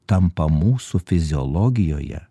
tampa mūsų fiziologijoje